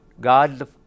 God